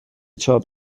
چاپ